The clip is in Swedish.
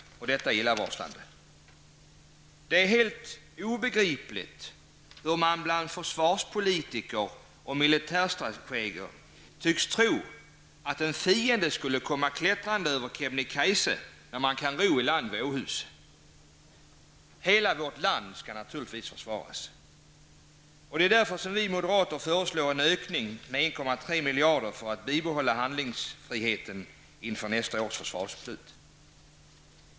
Detta är illa varslande. Det är helt obegripligt hur man bland försvarspolitiker och militärstrateger tycks tro att en fiende skulle komma klättrande över Kebnekajse när man kan ro i land vid Åhus. Hela vårt land skall naturligtvis försvaras. Det är därför som vi moderater föreslår en ökning med 1,3 miljarder för att bibehålla handlingsfrihet inför nästa års försvarsbeslut.